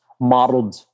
modeled